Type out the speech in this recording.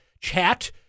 chat